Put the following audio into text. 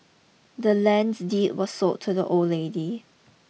the land's deed was sold to the old lady